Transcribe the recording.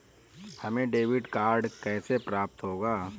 हमें debit card कैसे प्राप्त होगा?